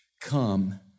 Come